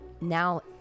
now